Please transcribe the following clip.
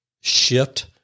shift